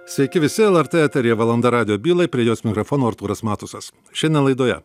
sveiki visi lrt eteryje valanda rado bylai prie jos mikrofono artūras matusas šiandien laidoje